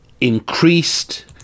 increased